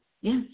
Yes